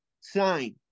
sign